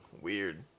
weird